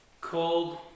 cold